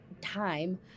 time